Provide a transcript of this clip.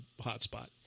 hotspot